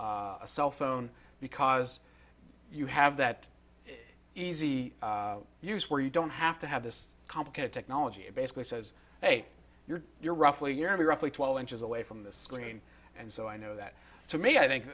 a cellphone because you have that easy use where you don't have to have this complicated technology basically says hey you're you're roughly every roughly twelve inches away from the screen and so i know that to me i think